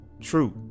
true